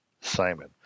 Simon